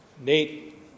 Nate